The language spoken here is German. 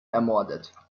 ermordet